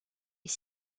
est